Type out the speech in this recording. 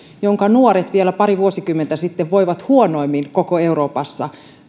jonka nuoret vielä pari vuosikymmentä sitten voivat huonoimmin koko euroopassa